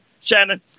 Shannon